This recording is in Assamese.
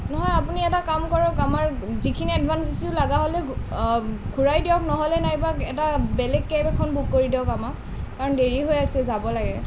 নহয় আপুনি এটা কাম কৰক আমাৰ যিখিনি এডভানচ দিছিলোঁ লগা হ'লে ঘূৰাই দিয়ক নহ'লে নাইবা এটা বেলেগ কেব এখন বুক কৰি দিয়ক আমাক কাৰণ দেৰি হৈ আছে যাব লাগে